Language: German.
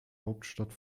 hauptstadt